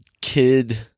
Kid